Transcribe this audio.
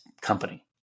company